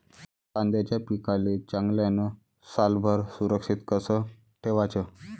कांद्याच्या पिकाले चांगल्यानं सालभर सुरक्षित कस ठेवाचं?